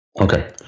Okay